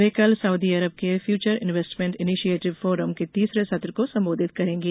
वे कल Saudi Arab के future investment initiative forum के तीसरे सत्र को सम्बोधित करेंगे